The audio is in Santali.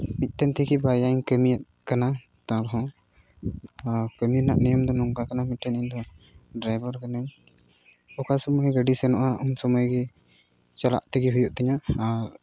ᱢᱤᱫᱴᱮᱱ ᱛᱷᱮᱠᱮ ᱵᱟᱨᱭᱟᱧ ᱠᱟᱹᱢᱤᱭᱮᱫ ᱠᱟᱱᱟ ᱛᱟᱞ ᱦᱚᱸ ᱠᱟᱹᱢᱤ ᱨᱮᱭᱟᱜ ᱱᱤᱭᱚᱢ ᱫᱚ ᱱᱚᱝᱠᱟ ᱠᱟᱱᱟ ᱢᱤᱫᱴᱮᱱ ᱤᱧᱫᱚ ᱰᱟᱭᱵᱷᱟᱨ ᱠᱟᱹᱱᱟᱹᱧ ᱚᱠᱟ ᱥᱚᱢᱚᱭ ᱜᱟᱹᱰᱤ ᱥᱮᱱᱚᱜᱼᱟ ᱩᱱ ᱥᱚᱢᱚᱭ ᱜᱮ ᱪᱟᱞᱟᱜ ᱛᱮᱜᱮ ᱦᱩᱭᱩᱜ ᱛᱤᱧᱟᱹ ᱟᱨ